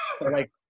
like-